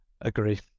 Agree